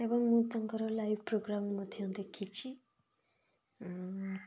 ଏବଂ ମୁଁ ତାଙ୍କର ଲାଇଭ୍ ପ୍ରୋଗ୍ରାମ୍ ମଧ୍ୟ ଦେଖିଛି